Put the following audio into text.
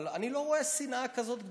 אבל אני לא רואה שנאה כזאת גדולה,